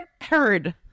heard